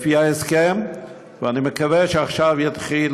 לפי ההסכם, ואני מקווה שעכשיו יתחיל